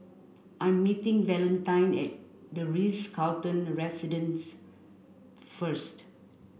I am meeting Valentine at The Ritz Carlton Residences first